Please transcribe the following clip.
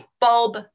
bulb